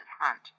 hunt